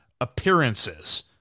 appearances